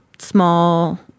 Small